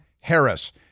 Harris